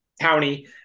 county